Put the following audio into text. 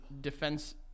defense